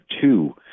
two